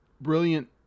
brilliant